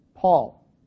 Paul